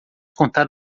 contar